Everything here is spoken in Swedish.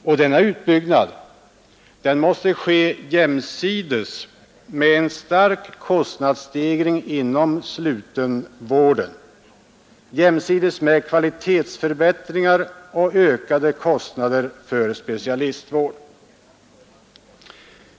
Och denna utbyggnad måste ske jämsides med en stark kostnadsstegring inom slutenvården, jämsides med kvalitetsförbättringar och ökande kostnader för specialistvård.